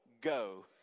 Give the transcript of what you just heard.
go